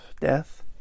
Death